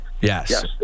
Yes